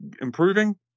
improving